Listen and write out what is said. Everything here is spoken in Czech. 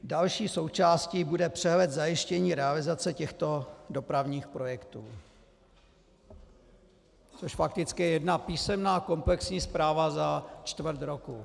Další součástí bude přehled zajištění realizace těchto dopravních projektů, což fakticky je jedna písemná komplexní zpráva za čtvrt roku.